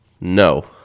No